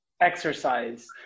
exercise